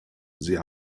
sie